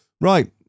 right